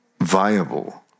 viable